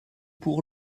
pour